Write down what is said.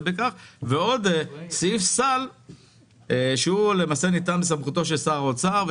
ועוד סעיף סל שניתן בסמכות שר האוצר,